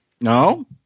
No